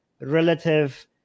relative